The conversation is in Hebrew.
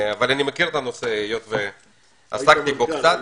אבל אני מכיר את הנושא, היות שעסקתי בו קצת.